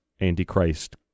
Antichrist